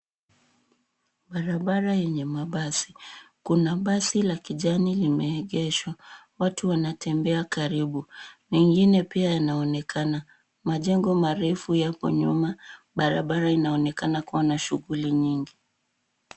Barabara yenye mabasi. Kuna basi la kijani limeegeshwa. Watu wanatembea karibu na ingine pia yanaonekana. Majengo marefu yapo nyuma. Barabara inaonekana kuwa na shughuli nyingi.